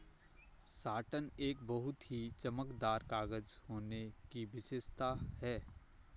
satin एक बहुत ही चमकदार कागज होने की विशेषता है